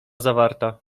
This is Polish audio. zawarta